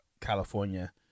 California